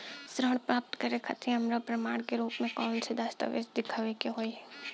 ऋण प्राप्त करे के खातिर हमरा प्रमाण के रूप में कउन से दस्तावेज़ दिखावे के होइ?